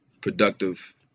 productive